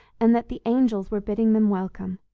and that the angels were bidding them welcome.